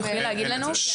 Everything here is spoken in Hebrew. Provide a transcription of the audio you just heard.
את יכולה להגיד לנו?